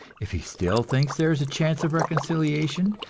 if he still thinks there is a chance of reconciliation,